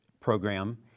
program